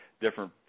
different